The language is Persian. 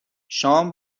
شام